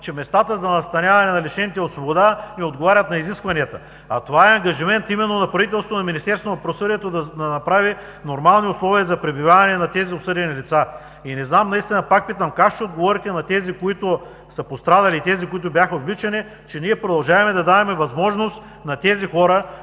че местата за настаняване на лишените от свобода не отговарят на изискванията, а това е ангажимент именно на правителството, на Министерството на правосъдието да направи нормални условия за пребиваване на осъдените лица. Пак питам: как ще отговорите на тези, които са пострадали, и тези, които бяха отвличани, че ние продължаваме да даваме възможност на хората,